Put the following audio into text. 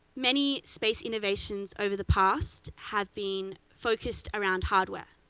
many space innovations over the past have been focused around hardware.